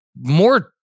more